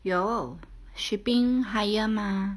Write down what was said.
有 shipping higher mah